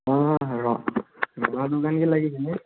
ହଁ ହଁ ଲାଗିଛି ଯେ